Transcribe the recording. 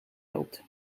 loopt